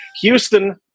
Houston